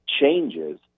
changes